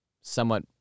somewhat